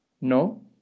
No